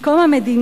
עם קום המדינה?